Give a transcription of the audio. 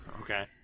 Okay